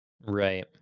Right